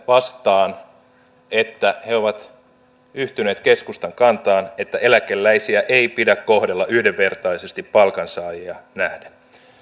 vastaan että he ovat yhtyneet keskustan kantaan että eläkeläisiä ei pidä kohdella yhdenvertaisesti palkansaajiin nähden